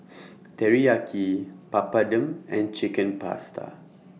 Teriyaki Papadum and Chicken Pasta